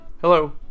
Hello